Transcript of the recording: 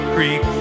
Creek